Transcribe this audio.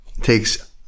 takes